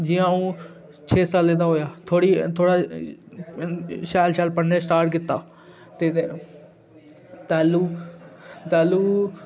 जि'यां अ'ऊं छे सालें दा होआ थोह्ड़ी थोह्ड़ा शैल शैल पढ़ना स्टार्ट कीता ते तैह्लूं तैह्लूं